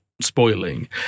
spoiling